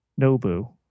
Nobu